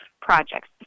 projects